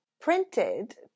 printed